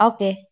Okay